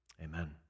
Amen